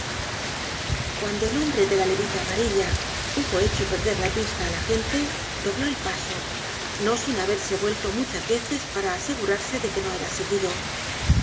cuando el hombre de la levita amarilla hubo hecho perder la pista al agente dobló el paso no sin haberse vuelto muchas veces para asegurarse de que no era seguido